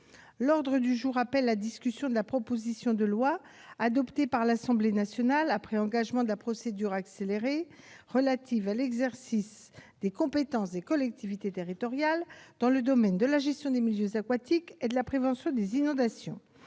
L'ordre du jour appelle la discussion de la proposition de loi, adoptée par l'Assemblée nationale après engagement de la procédure accélérée, relative à l'exercice des compétences des collectivités territoriales dans le domaine de la gestion des milieux aquatiques et de la prévention des inondations